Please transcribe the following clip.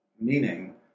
meaning